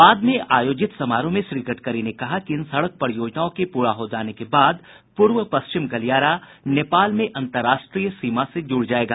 बाद में आयोजित समारोह में श्री गडकरी ने कहा कि इन सड़क परियोजनाओं के पूरा हो जाने बाद पूर्व पश्चिम गलियारा नेपाल में अन्तर्राष्ट्रीय सीमा से जुड़ जाएगा